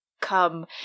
come